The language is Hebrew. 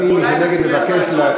מי שנגד, ועדת הפנים.